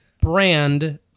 brand